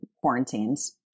quarantines